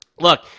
Look